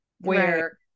where-